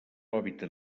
hàbitat